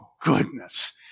goodness